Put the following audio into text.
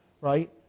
right